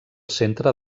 centre